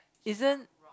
isn't